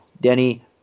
Denny